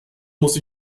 muss